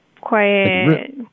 Quiet